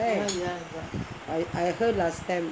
I heard last time